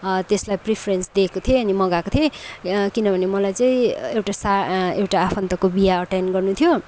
त्यसलाई प्रिफ्रेन्स दिएको थिएँ अनि मगाएको थिएँ किनभने मलाई चाहिँ एउटा सा एउटा आफन्तको बिहे एटेन गर्नु थियो